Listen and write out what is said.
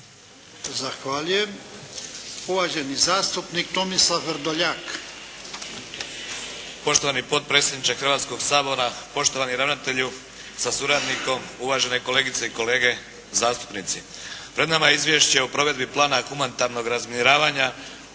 Zahvaljujem. Uvaženi zastupnik Tomislav Vrdoljak. **Vrdoljak, Tomislav (HDZ)** Poštovani potpredsjedniče Hrvatskog sabora, poštovani ravnatelju sa suradnikom, uvažene kolegice i kolege zastupnici. Pred nama je Izvješće o provedbi plana humanitarnog razminiravanja